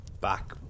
back